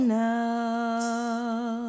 now